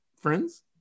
friends